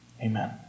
Amen